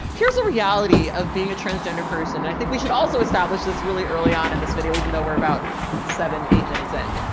here's the reality of being a transgender person. i think we should also establish this really early on in this video, even though we're about seven, eight minutes in,